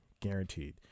Guaranteed